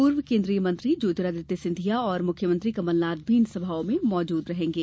पूर्व केन्द्रीय मंत्री ज्योतिरादित्य सिंधिया और मुख्यमंत्री कमलनाथ भी इन सभाओं में मौजूद रहेंगे